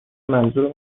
منظور